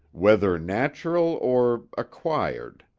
whether natural or acquired.